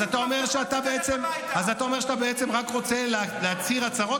אז אתה אומר שאתה בעצם רק רוצה להצהיר הצהרות